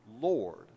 lord